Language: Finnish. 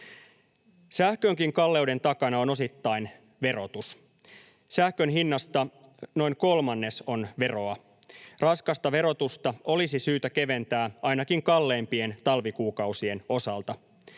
Sähkönkin kalleuden takana on osittain verotus. Sähkön hinnasta noin kolmannes on veroa. Raskasta verotusta olisi syytä keventää ainakin kalleimpien talvikuukausien osalta.